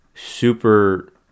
Super